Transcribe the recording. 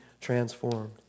transformed